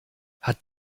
hat